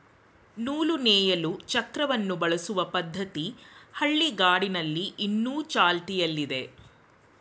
ನೂಲು ನೇಯಲು ಚಕ್ರವನ್ನು ಬಳಸುವ ಪದ್ಧತಿ ಹಳ್ಳಿಗಾಡಿನಲ್ಲಿ ಇನ್ನು ಚಾಲ್ತಿಯಲ್ಲಿದೆ